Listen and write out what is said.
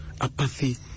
Apathy